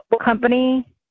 company